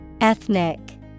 Ethnic